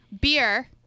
beer